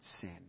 sin